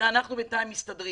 בינתיים אנחנו מסתדרים,